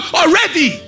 already